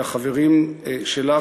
והחברים שלך,